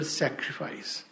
sacrifice